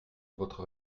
votre